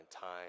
time